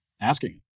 asking